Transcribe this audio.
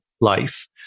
life